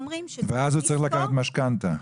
ואז הוא צריך לקחת משכנתא.